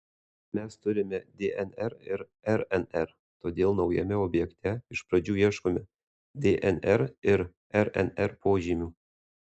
mes turime dnr ir rnr todėl naujame objekte iš pradžių ieškome dnr ir rnr požymių